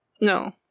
No